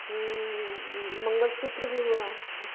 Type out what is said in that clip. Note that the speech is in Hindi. मंगलसूत्र भी हुआ